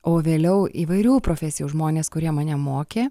o vėliau įvairių profesijų žmonės kurie mane mokė